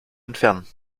entfernen